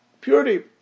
purity